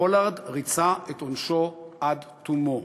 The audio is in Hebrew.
פולארד ריצה את עונשו עד תומו.